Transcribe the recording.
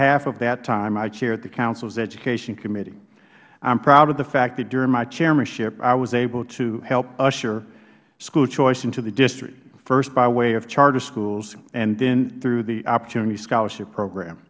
half of that time i chaired the council's education committee i am proud of the fact that during my chairmanship i was able to help usher school choice into the district first by way of charter schools and then through the opportunity scholarship program